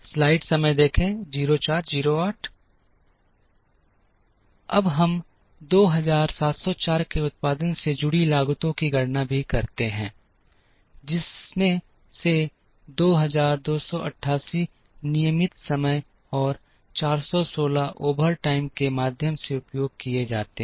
अब हम 2704 के उत्पादन से जुड़ी लागतों की गणना भी करते हैं जिसमें से 2288 नियमित समय और 416 ओवरटाइम के माध्यम से उपयोग किए जाते हैं